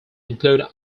include